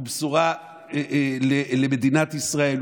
הוא בשורה למדינת ישראל,